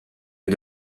les